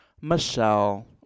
Michelle